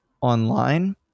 online